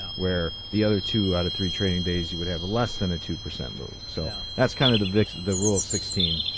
where the other two out of three trading days, you would have less than a two percent move. so that's kind of the the rule of sixteen.